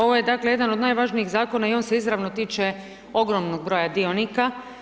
Ovo je dakle jedan od najvažnijih zakona i on se izravno tiče ogromnog broja dionika.